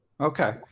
Okay